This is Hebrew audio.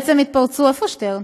איפה שטרן?